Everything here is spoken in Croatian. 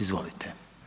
Izvolite.